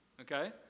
okay